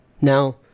Now